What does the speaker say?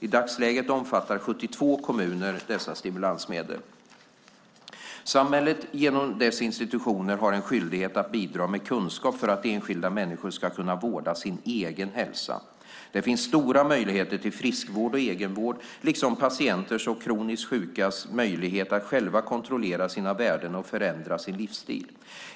I dagsläget omfattas 72 kommuner av dessa stimulansmedel. Samhället har genom sina institutioner en skyldighet att bidra med kunskap för att enskilda människor ska kunna vårda sin egen hälsa. Det finns stora möjligheter till friskvård och egenvård, liksom patienters och kroniskt sjukas möjligheter att själva kontrollera sina värden och förändra sin livsstil.